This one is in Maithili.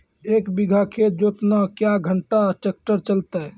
एक बीघा खेत जोतना क्या घंटा ट्रैक्टर चलते?